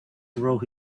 brought